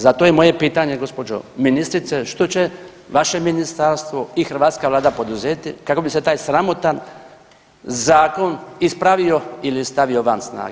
Zato je moje pitanje, gđo. ministrice, što će vaše Ministarstvo i hrvatska Vlada poduzeti kako bi se taj sramotan zakon ispravio ili stavio van snage?